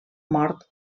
mort